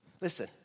Listen